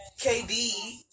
KD